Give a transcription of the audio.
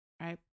Right